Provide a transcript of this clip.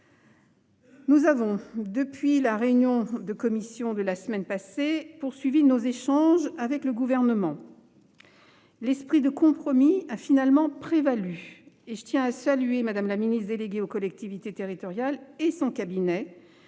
incohérent. Depuis la réunion de commission de la semaine dernière, nous avons poursuivi nos échanges avec le Gouvernement. L'esprit de compromis a finalement prévalu, et je tiens à saluer Mme la ministre déléguée chargée des collectivités territoriales et son cabinet,